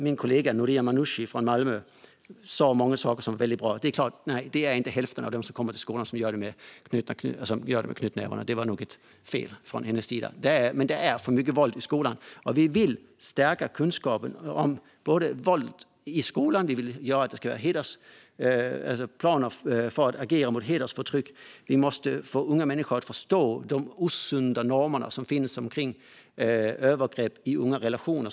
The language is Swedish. Min kollega Noria Manouchi från Malmö sa många saker som var väldigt bra, men det är nog inte hälften av dem som kommer till skolan som gör det med knutna nävar. Det var nog ett fel från hennes sida. Men det är för mycket våld i skolan. Vi vill stärka kunskapen om våld i skolan. Vi vill ta fram planer för att agera mot hedersförtryck. Vi måste få unga människor att förstå vilka osunda normer som finns kring övergrepp i unga relationer.